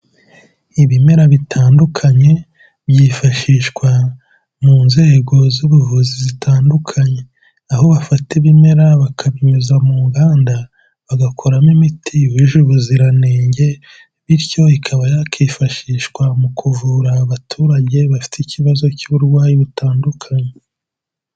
Ibimera bitandukanye byifashishwa mu nzego z'ubuvuzi zitandukanye, aho bafata ibimera bakabinyuza mu nganda, bagakoramo imiti yujuje ubuziranenge bityo ikaba yakifashishwa mu kuvura abaturage bafite ikibazo cy'uburwayi butandukanye.